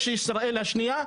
יש ישראל השנייה,